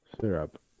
Syrup